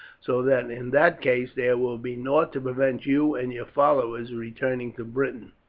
so that in that case there will be nought to prevent you and your followers returning to britain.